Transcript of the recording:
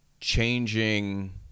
changing